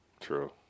True